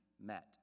met